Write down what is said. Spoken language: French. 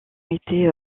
été